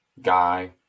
guy